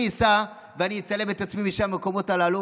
אני אסע ואני אצלם את עצמי במקומות הללו